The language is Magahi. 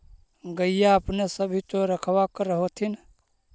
गईया अपने सब भी तो रखबा कर होत्थिन?